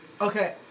Okay